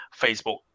Facebook